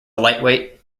lightweight